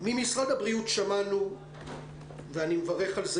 לגבי סוגיית הציוד, אני חייב לתת